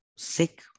sick